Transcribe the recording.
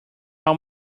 how